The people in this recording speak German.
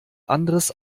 anderes